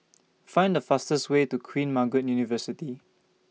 Find The fastest Way to Queen Margaret University